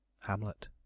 HAMLET